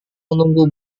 menunggu